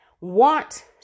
want